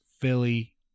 Philly